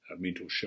mentorship